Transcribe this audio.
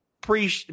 pre